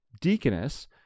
deaconess